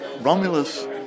Romulus